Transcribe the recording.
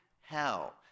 hell